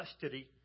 custody